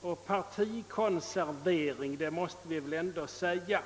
och partikonservering — det måste vi väl ändå medge.